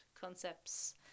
concepts